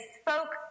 spoke